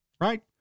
right